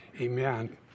amen